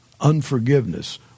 Unforgiveness